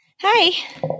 Hi